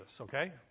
okay